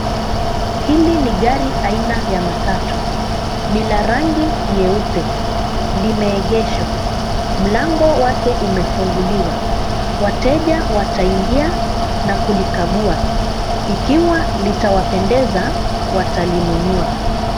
Hili ni gari aina ya matatu, ni la rangi nyeupe, limeegeshwa. Mlango wake umefunguliwa. Wateja wataingia na kulikagua. Ikiwa litawapendeza, watalinunua